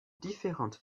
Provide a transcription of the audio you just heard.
différentes